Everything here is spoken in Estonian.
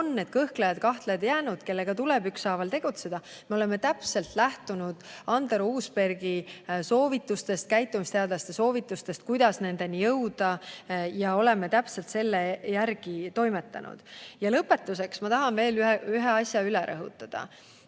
jäänud kõhklejad-kahtlejad, kellega tuleb ükshaaval tegeleda. Me oleme täpselt lähtunud Andero Uusbergi soovitustest, käitumisteadlaste soovitustest, kuidas nendeni jõuda. Oleme täpselt selle järgi toimetanud. Ja lõpetuseks ma tahan veel ühe asja üle rõhutada.